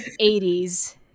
80s